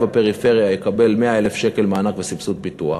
בפריפריה יקבל 100,000 שקל מענק וסבסוד פיתוח.